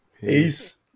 peace